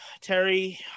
Terry